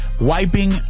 wiping